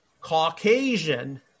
Caucasian